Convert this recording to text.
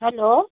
hello